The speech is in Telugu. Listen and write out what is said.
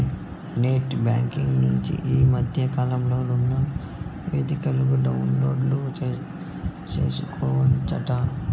నెట్ బ్యాంకింగ్ నుంచి ఈ మద్దె కాలంలో రుణనివేదికని డౌన్లోడు సేసుకోవచ్చంట